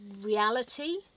reality